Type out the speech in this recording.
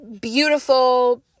beautiful